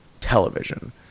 television